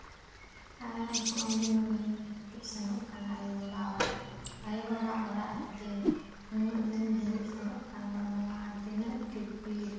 ᱟᱨ ᱦᱚᱜᱼᱚᱸᱭ ᱡᱮ ᱱᱩᱱ ᱫᱤᱱ ᱥᱮᱱᱚᱜ ᱠᱟᱱᱟ ᱟᱭᱳᱼᱵᱟᱵᱟ ᱚᱲᱟᱜ ᱟᱭᱳᱼᱵᱟᱵᱟ ᱚᱲᱟᱜ ᱨᱮ ᱡᱮ ᱱᱩᱱᱟᱹᱜ ᱫᱤᱱᱤᱧ ᱦᱤᱡᱩᱜ ᱥᱮᱱᱚᱜ ᱠᱟᱱᱟ ᱱᱚᱣᱟ ᱛᱤᱱᱟᱹᱜ ᱴᱤᱠᱤᱴ